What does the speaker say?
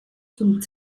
zum